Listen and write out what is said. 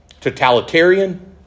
totalitarian